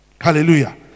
hallelujah